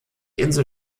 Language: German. insel